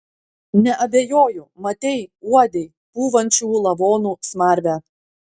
neabejoju matei uodei pūvančių lavonų smarvę